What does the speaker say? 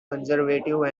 conservative